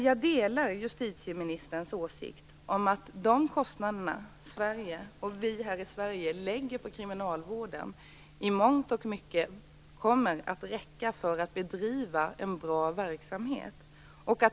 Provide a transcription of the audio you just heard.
Jag delar ändå justitieministerns åsikt att de resurser som vi här i Sverige lägger på kriminalvården i mångt och mycket kommer att räcka för att man skall kunna bedriva en bra verksamhet.